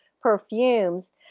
perfumes